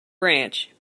branch